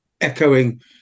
echoing